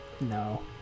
no